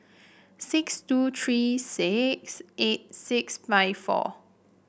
six two three six eight six five four